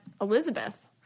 Elizabeth